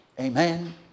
Amen